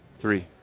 Three